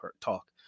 talk